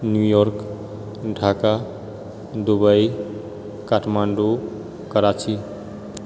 New York Dhaka Dubai Kathmandu Karachi